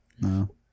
No